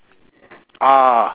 ah